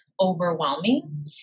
overwhelming